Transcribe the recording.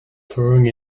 throwing